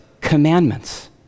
commandments